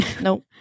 Nope